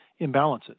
imbalances